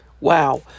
Wow